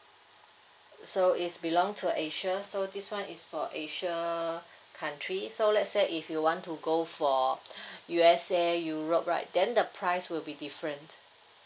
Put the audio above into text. so is belong to asia so this one is for asia country so let's say if you want to go for U_S_A europe right then the price will be different